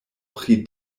pri